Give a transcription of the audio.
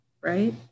Right